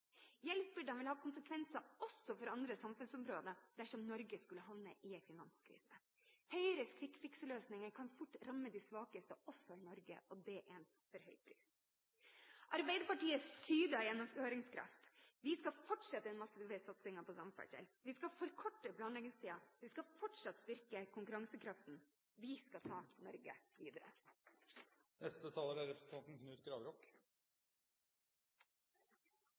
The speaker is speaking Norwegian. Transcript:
Gjeldsbyrden vil ha konsekvenser også for andre samfunnsområder dersom Norge skulle havne i en finanskrise. Høyres «quick fix»-løsninger kan fort ramme de svakeste, også i Norge, og det er en for høy pris. Arbeiderpartiet syder av gjennomføringskraft. Vi skal fortsette den massive satsingen på samferdsel, vi skal forkorte planleggingstiden, vi skal fortsatt styrke konkurransekraften. Vi skal ta Norge